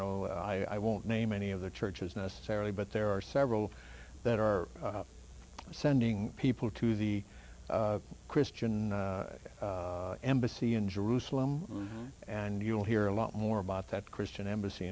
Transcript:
know i i won't name any of the churches necessarily but there are several that are sending people to the christian embassy in jerusalem and you'll hear a lot more about that christian embassy